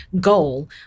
goal